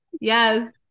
yes